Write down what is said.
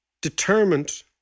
determined